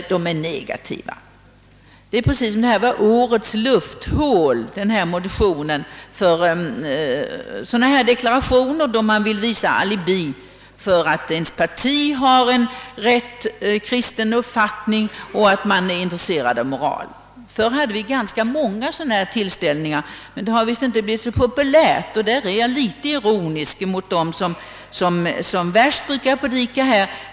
Det verkar som om den här motionen skulle vara årets lufthål för deklarationer, som ger alibi för att ens eget parti har en rätt kristen uppfattning och är intresserat av moral. Förr hade vi ganska många sådana tillställningar, men det är visst inte så populärt längre. Därför är jag litet ironisk mot dem som brukar predika som värst.